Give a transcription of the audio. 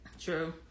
true